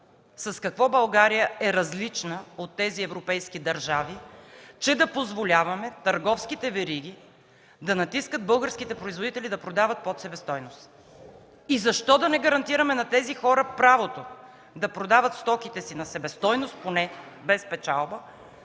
С какво България е различна от тези европейски държави, че да позволяваме търговските вериги да натискат българските производители да продават под себестойност и защо да не гарантираме на тези хора правото да продават стоките си на себестойност, поне без печалба,